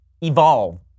evolve